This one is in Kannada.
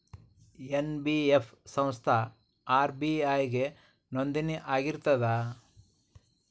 ಎನ್.ಬಿ.ಎಫ್ ಸಂಸ್ಥಾ ಆರ್.ಬಿ.ಐ ಗೆ ನೋಂದಣಿ ಆಗಿರ್ತದಾ?